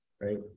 right